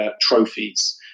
trophies